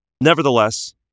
Nevertheless